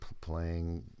playing